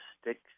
sticks